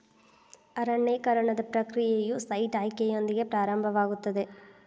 ಅರಣ್ಯೇಕರಣದ ಪ್ರಕ್ರಿಯೆಯು ಸೈಟ್ ಆಯ್ಕೆಯೊಂದಿಗೆ ಪ್ರಾರಂಭವಾಗುತ್ತದೆ